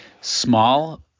small